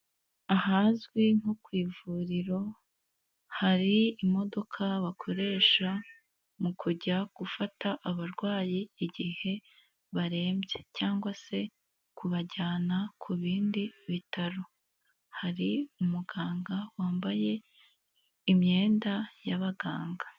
Ahazwi nko ku ivuriro, hari imodoka bakoresha mu kujya gufata abarwayi igihe barembye cyangwa se kubajyana ku bindi bitaro. Hari umuganga wambaye imyenda y'abaganga.